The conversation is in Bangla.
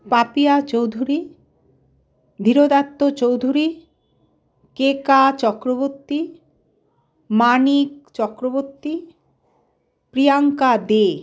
বাপিয়া চৌধুরী ধিরোদাত্ত চৌধুরী কেকা চক্রবর্তী মানিক চক্রবর্তী প্রিয়াঙ্কা দে